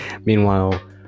meanwhile